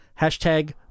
hashtag